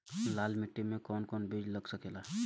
लाल मिट्टी में कौन कौन बीज लग सकेला?